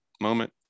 moment